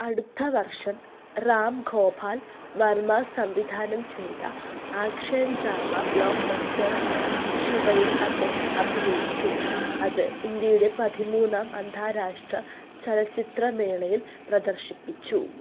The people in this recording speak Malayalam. അടുത്ത വർഷം റാം ഗോപാൽ വർമ്മ സംവിധാനം ചെയ്ത ആക്ഷൻ ഡ്രാമ ബ്ലോക്ക്ബസ്റ്ററായ ശിവയിൽ അദ്ദേഹം അഭിനയിച്ചു അത് ഇന്ത്യയുടെ പതിമൂന്നാം അന്താരാഷ്ട്ര ചലച്ചിത്രമേളയിൽ പ്രദർശിപ്പിച്ചു